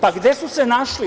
Pa gde su se našli?